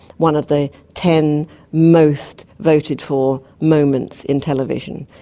one of the ten most voted for moments in television.